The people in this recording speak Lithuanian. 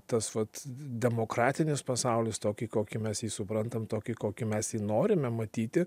tas vat demokratinis pasaulis tokį kokį mes jį suprantam tokį kokį mes jį norime matyti